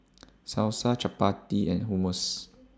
Salsa Chapati and Hummus